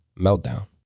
Meltdown